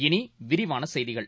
இனிவிரிவானசெய்திகள்